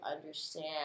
understand